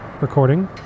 recording